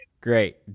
Great